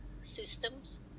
systems